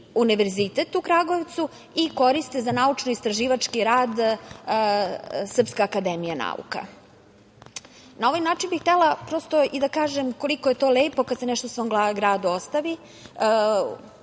Univerzitet u Kragujevcu i koristi za naučno-istraživački rad Srpska akademija nauka. Na ovaj način bih htela da kažem i koliko je to lepo kad se nešto svom gradu ostavi.